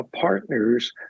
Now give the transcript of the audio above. partners